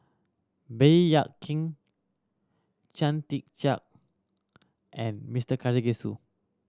Baey Yam Keng Chia Tee Chiak and Mister Karthigesu